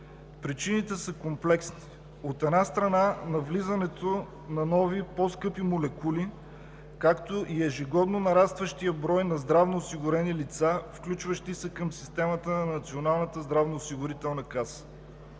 Причините са комплексни – от една страна, навлизането на нови по-скъпи молекули, както и ежегодно нарастващият брой на здравноосигурени лица, включващи се към системата на Националната здравноосигурителна каса.